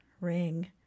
ring